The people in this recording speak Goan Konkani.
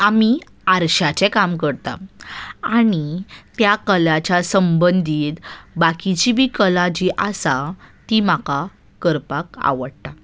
आमी आरशाचें काम करता आनी त्या कलाच्या संबंदीत बाकीची बी कला जी आसा ती म्हाका करपाक आवडटा